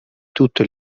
tutto